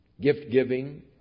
gift-giving